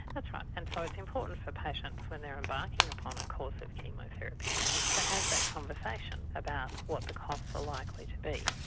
that's right, and so it's important for patients when they are embarking upon a course of chemotherapy to have that conversation about what the costs are likely to be.